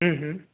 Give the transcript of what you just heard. ಹ್ಞೂ ಹ್ಞೂ